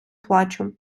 плачу